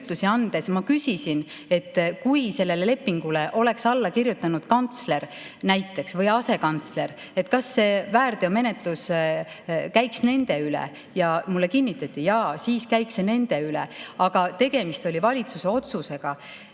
ma küsisin, et kui sellele lepingule oleks alla kirjutanud näiteks kantsler või asekantsler, siis kas see väärteomenetlus käiks nende üle. Ja mulle kinnitati: jaa, siis käiks see nende üle. Aga tegemist oli valitsuse